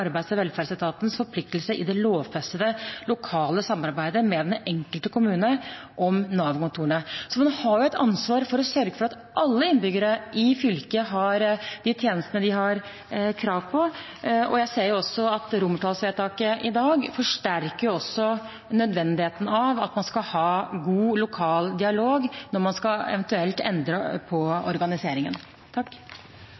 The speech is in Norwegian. Arbeids- og velferdsetatens forpliktelser i det lovfestede lokale samarbeidet med den enkelte kommune om NAV-kontoret.» Så man har et ansvar for å sørge for at alle innbyggerne i fylket har de tjenestene de har krav på. Jeg ser også at med romertallsvedtaket i dag forsterkes nødvendigheten av å ha god lokal dialog når man eventuelt skal endre på